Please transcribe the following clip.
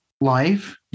life